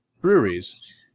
breweries